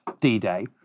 D-Day